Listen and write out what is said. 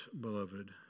beloved